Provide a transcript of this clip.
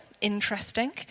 interesting